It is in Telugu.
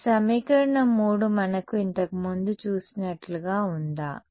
కాబట్టి ఈ సమీకరణం 3 మనకు ఇంతకు ముందు చూసినట్లుగా ఉందా